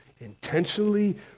intentionally